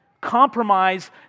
compromise